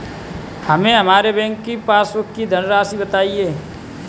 हमें हमारे बैंक की पासबुक की धन राशि बताइए